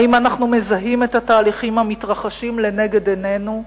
האם אנחנו מזהים את התהליכים המתרחשים לנגד עינינו,